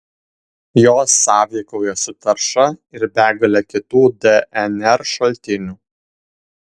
jos sąveikauja su tarša ir begale kitų dnr šaltinių